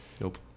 nope